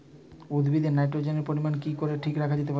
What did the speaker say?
উদ্ভিদে নাইট্রোজেনের পরিমাণ কি করে ঠিক রাখা যেতে পারে?